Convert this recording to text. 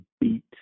beat